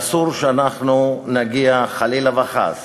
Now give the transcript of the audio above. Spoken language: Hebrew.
ואסור שאנחנו נגיע, חלילה וחס,